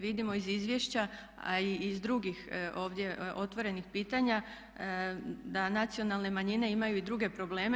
Vidimo iz izvješća a i iz drugih ovdje otvorenih pitanja da nacionalne manjine imaju i druge probleme.